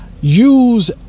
use